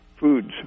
foods